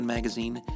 Magazine